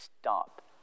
stop